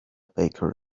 baker